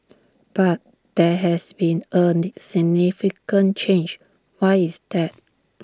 but there has been A significant change why is that